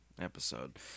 episode